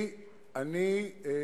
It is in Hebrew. היושב-ראש,